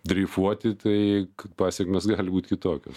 dreifuoti tai pasekmės gali būt kitokios